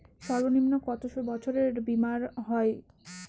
সর্বনিম্ন কত বছরের বীমার হয়?